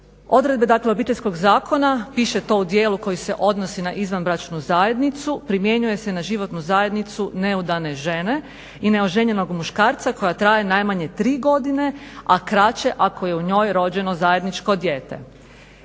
Odredbe Obiteljskog zakona piše to u dijelu koji se odnosi na izvanbračnu zajednicu primjenjuje se na životnu zajednicu neudane žene i neoženjenog muškarca koja traje najmanje tri godine, a kraće ako je u njoj rođeno zajedničko dijete.